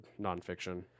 nonfiction